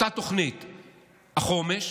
אותה תוכנית החומש,